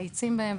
מאיצים בהם,